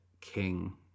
King